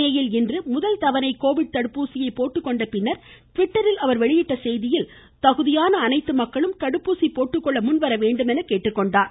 புனேயில் இன்று முதல் தவணை கோவிட் தடுப்பூசியை போட்டுக்கொண்டபின் ட்விட்டரில் அவர் வெளியிட்ட செய்தியில் தகுதியான அனைத்து மக்களும் தடுப்பூசி போட்டுக்கொள்ள முன்வரவேண்டும் என கேட்டுக்கொண்டார்